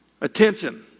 Attention